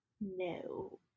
No